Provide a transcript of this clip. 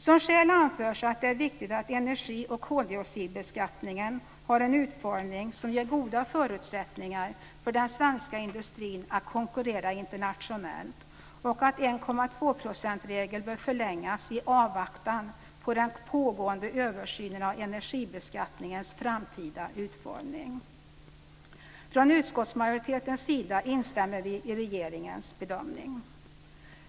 Som skäl anförs att det är viktigt att energi och koldioxidbeskattningen har en utformning som ger goda förutsättningar för den svenska industrin att konkurrera internationellt och att 1,2-procentsregeln bör förlängas i avvaktan på den pågående översynen av energibeskattningens framtida utformning. Från utskottsmajoritetens sida instämmer vi i regeringens bedömning.